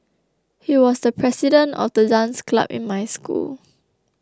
he was the president of the dance club in my school